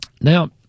Now